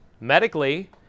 medically